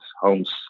homes